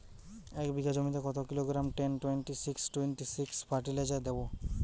এক বিঘা জমিতে কত kilogram ten twenty six twenty six fertiliser দেবো?